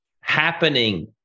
happening